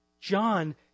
John